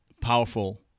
powerful